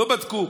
לא בדקו.